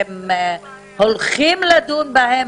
אתם הולכים לדון בהן?